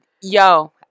Yo